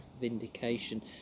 vindication